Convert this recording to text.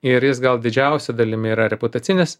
ir jis gal didžiausia dalimi yra reputacinis